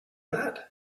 that